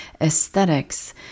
aesthetics